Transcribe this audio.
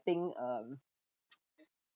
think um